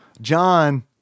John